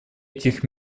этих